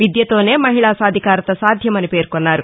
విద్యతోనే మహిళా సాధికారత సాధ్యమని పేర్కొన్నారు